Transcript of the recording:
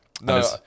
no